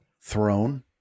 throne